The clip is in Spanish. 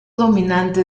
dominante